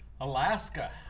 alaska